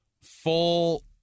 full